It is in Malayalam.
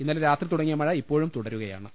ഇന്നലെ രാത്രി തുടങ്ങിയ മഴ ഇപ്പോഴും തുടരുകയാ ണ്